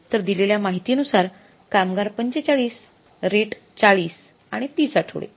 तर दिलेल्या माहिती नुसार कामगार ४५ रेट ४० आणि ३० आठवडे